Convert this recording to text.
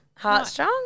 Heartstrong